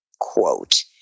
quote